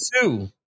two